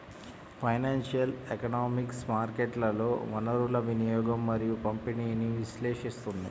financial economics మార్కెట్లలో వనరుల వినియోగం మరియు పంపిణీని విశ్లేషిస్తుంది